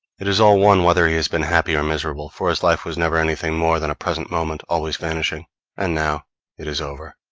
it is all one whether he has been happy or miserable for his life was never anything more than a present moment always vanishing and now it is over.